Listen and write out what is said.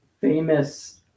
famous